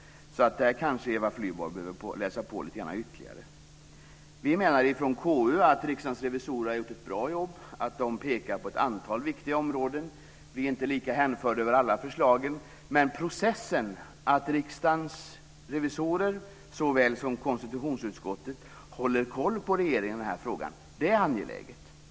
Där behöver kanske Eva Flyborg läsa på ytterligare. Vi i konstitutionsutskottet anser att Riksdagens revisorer har gjort ett bra jobb. De pekar på ett antal viktiga områden. Vi är inte lika hänförda över alla förslag, men processen att Riksdagens revisorer såväl som konstitutionsutskottet håller koll på regeringen är angelägen.